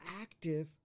active